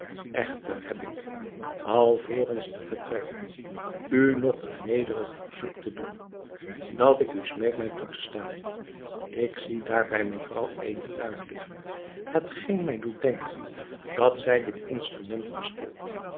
echter heb ik alvorens te vertrekken u nog een nederig verzoek te doen dat ik u smeek mij toe te staan ik zie daar bij mevrouw eene luit liggen hetgeen mij doet denken dat zij dit instrument